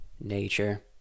nature